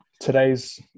today's